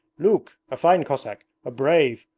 luke, a fine cossack, a brave,